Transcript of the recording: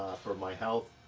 for my health,